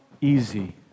easy